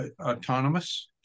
autonomous